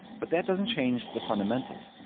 but that doesn't change the fundamentals.